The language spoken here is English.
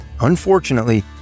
Unfortunately